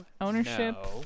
ownership